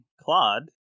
Claude